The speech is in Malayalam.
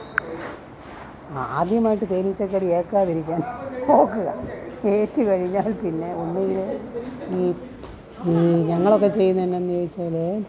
ആദ്യമായിട്ട് തേനീച്ചകടി ഏല്ക്കാതിരിക്കാൻ നോക്കുക ഏറ്റുകഴിഞ്ഞാൽ പിന്നെ ഒന്നുകിൽ ഈ ഈ ഞങ്ങളൊക്കെ ചെയ്യുന്നയെന്നാന്ന് ചോദിച്ചാല്